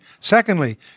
Secondly